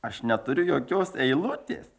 aš neturiu jokios eilutės